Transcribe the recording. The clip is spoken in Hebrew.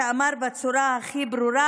שאמר בצורה הכי ברורה: